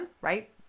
right